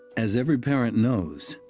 as every parent knows,